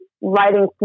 writing